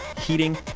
heating